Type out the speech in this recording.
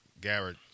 Garrett